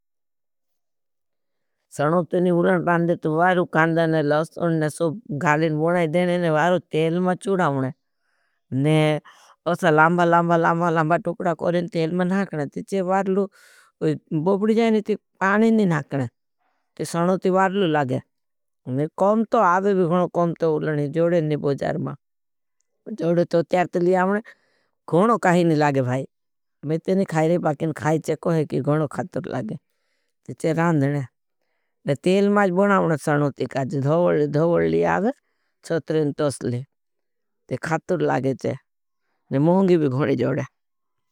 सनो तेनी उलन टान दे तो वारु खान्दा ने लासोन ने सोप गालेन बोनाई देने ने वारु तेल में चुड़ाओने। औसे ने लंब लंब लंब लंब टुकड़ा कोरें तेल में नाकने तेछे वारु बोबड़ी जाएने ते पाने नी नाकने। ते सनो ती वारु लागे ने कौम तो आवे भी कौम तो उलने जोड़ेन नी बोजार मा जोड़े तो त्यार ती लियावने कौम काही नी लागे भाई। में तेनी खाय रही पाकेन खाईचे कोहे की कौम खातुर लागे। ते चे रांधने ने तेल माज बनावने सनो ती काजी धोवल लियावे चो त्रिन तोसली ते खातुर लागे चे। ने मोंगी भी घोड़े जोड़े।